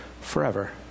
forever